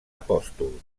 apòstol